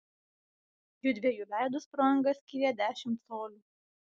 jųdviejų veidus pro angą skyrė dešimt colių